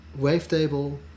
Wavetable